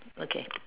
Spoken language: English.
okay